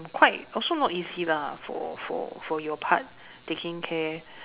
mm quite also not easy lah for for for your part taking care